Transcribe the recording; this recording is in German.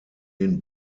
den